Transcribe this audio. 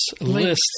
lists